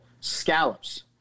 scallops